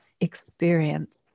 experience